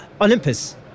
Olympus